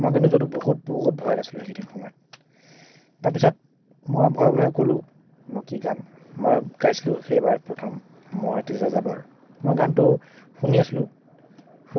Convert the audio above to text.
মই কিন্তু বহুত বহুত ভয়ত আছিলোঁ সেইটো সময়ত তাৰপিছত মই ভয়ে ভয়ে ক'লো মই কি গাম মই গাইছিলো সেইবাৰ প্ৰথম মই এটি যাযাবৰ মই গানটো শুনি আছিলোঁ